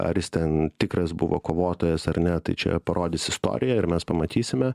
ar jis ten tikras buvo kovotojas ar ne tai čia parodys istorija ir mes pamatysime